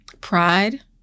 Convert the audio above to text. pride